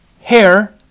Hair